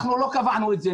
אנחנו לא קבענו את זה,